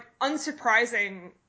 unsurprising